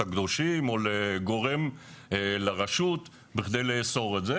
הקדושים או לרשות בכדי לאסור את זה,